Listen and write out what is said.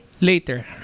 later